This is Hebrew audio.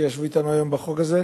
שישבו אתנו היום על החוק הזה.